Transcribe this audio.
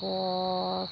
bus